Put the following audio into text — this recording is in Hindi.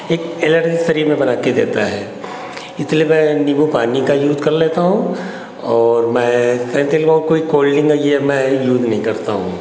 एक शरीर में बना के देता है इसलिए मैं नीबू पानी का यूज़ कर लेता हूँ और मैं कोल्डडिंक और ये अपना ये यूज़ नहीं करता हूँ